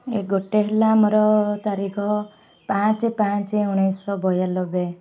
ଏ ଗୋଟେ ହେଲା ଆମର ତାରିଖ ପାଞ୍ଚ ପାଞ୍ଚ ଉଣେଇଶି ଶହ ବୟାନବେ